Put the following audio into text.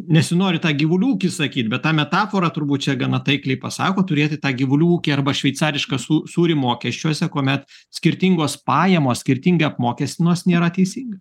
nesinori tą gyvulių ūkį sakyt bet ta metafora turbūt čia gana taikliai pasako turėti tą gyvulių ūkį arba šveicarišką sū sūrį mokesčiuose kuomet skirtingos pajamos skirtingai apmokestinamos nėra teisinga